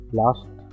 last